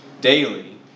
daily